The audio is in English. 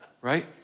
right